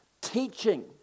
teaching